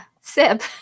Sip